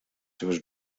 seves